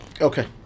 Okay